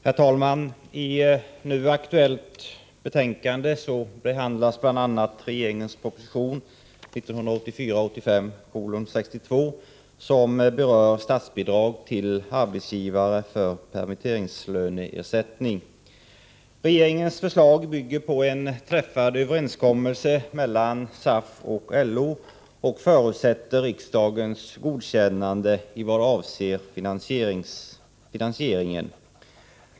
Herr talman! I nu aktuellt betänkande behandlas bl.a. regeringens proposition 1984/85:62 som berör statsbidrag till arbetsgivare för permitteringslöneersättning. Regeringens förslag bygger på en överenskommelse som träffats mellan SAF och LO och förutsätter riksdagens godkännande vad avser finansieringen.